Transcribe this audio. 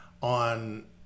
on